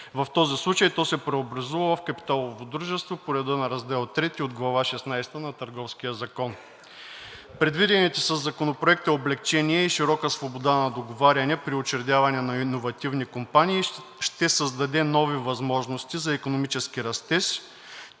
В този случай то се преобразува в капиталово дружество по реда на Раздел III от Глава шестнадесета на Търговския закон. Предвидените със Законопроекта облекчения и широка свобода на договаряне при учредяване на иновативни компании ще създаде нови възможности за икономически растеж